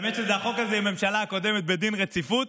האמת שהחוק הזה, עם הממשלה הקודמת בדין רציפות,